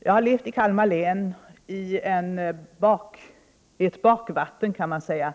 Jag harlevt i Kalmar län i ett bakvatten, kan man säga.